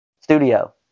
Studio